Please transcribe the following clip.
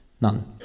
None